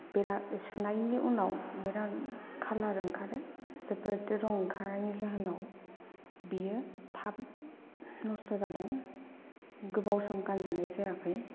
बिराद सुनायनि उनाव बिराद खालार ओंखारो जोबोद रं ओंखारनाय जाहोनाव बियो थाब नस्त' जादों गोबाव सम गानजानाय जायाखै